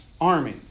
army